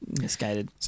Misguided